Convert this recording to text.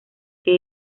que